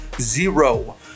zero